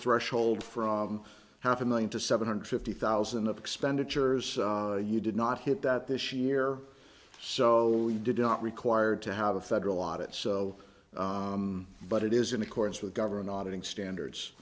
threshold from half a million to seven hundred fifty thousand of expenditures you did not hit that this year so we did not required to have a federal audit so but it is in accordance with government auditing